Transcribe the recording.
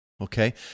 okay